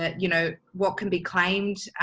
ah you know, what can be claimed,